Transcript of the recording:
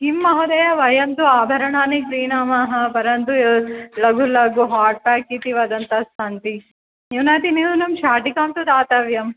किं महोदया वयं तु आभरणानि क्रीणामः परन्तु लघु लघु हाट्पेक् इति वदन्तस्सन्ति न्यूनातिन्यूनं शाटिकां तु दातव्यं